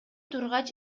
турган